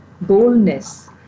boldness